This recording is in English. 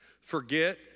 forget